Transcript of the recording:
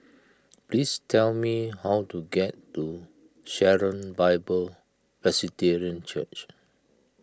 please tell me how to get to Sharon Bible Presbyterian Church